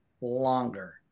longer